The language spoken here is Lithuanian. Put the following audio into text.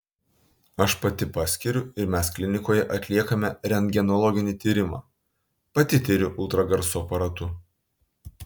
aš pati paskiriu ir mes klinikoje atliekame rentgenologinį tyrimą pati tiriu ultragarso aparatu